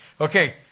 Okay